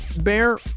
bear